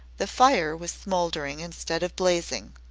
the fire was smouldering instead of blazing.